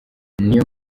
niyo